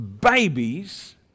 babies